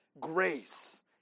grace